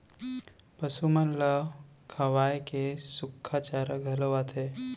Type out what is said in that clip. पसु मन ल खवाए के सुक्खा चारा घलौ आथे